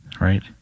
right